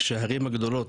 שהערים הגדולות,